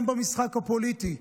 גם במשחק הפוליטי,